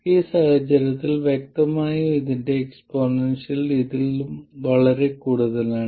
ഈ സാഹചര്യത്തിൽ വ്യക്തമായും ഇതിന്റെ എക്സ്പോണൻഷ്യൽ ഇതിലും വളരെ കൂടുതലാണ്